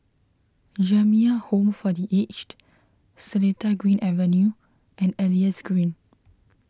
Jamiyah Home for the Aged Seletar Green Avenue and Elias Green